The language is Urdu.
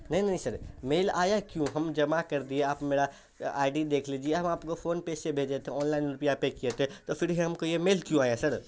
نہیں نہیں سر میل آیا کیوں ہم جمع کر دیے آپ میرا آئی ڈی دیکھ لیجیے ہم آپ کو فون پے سے بھیجیے تھے آنلائن روپیہ پے کیے تھے تو پھر یہ ہم کو یہ میل کیوں آیا سر